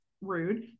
rude